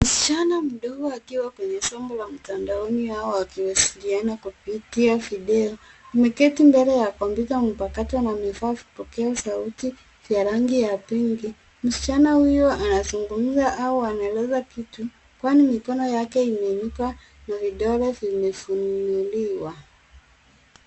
Msichana mdogo akiwa kwenye somo la mtandaoni au akiwasiliana kupitia video. Ameketi mbele ya kompyuta mpakato na amevaa vipoke asauti vya rangi ya pinki. Msichana huyu anazungumza au anaeleza kitu kwani mikono yake imeinuka na vidole vimefunuliwa.